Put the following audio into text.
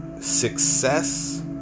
success